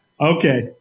okay